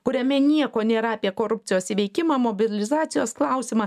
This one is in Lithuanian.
kuriame nieko nėra apie korupcijos įveikimą mobilizacijos klausimą